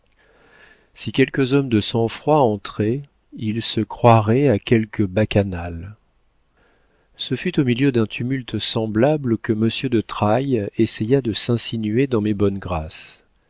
si quelque homme de sang-froid entrait il se croirait à quelque bacchanale ce fut au milieu d'un tumulte semblable que monsieur de trailles essaya de s'insinuer dans mes bonnes grâces